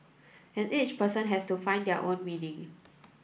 and each person has to find their own meaning